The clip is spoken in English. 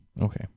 Okay